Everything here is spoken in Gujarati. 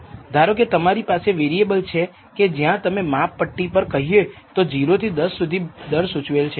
ધારોકે તમારી પાસે વેરીએબલ છે કે જ્યાં તમે માપ પટ્ટી પર કહીએ તો 0 થી 10 સુધી દર સુચવેલ છે